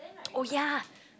oh yea